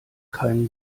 keinen